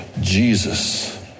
Jesus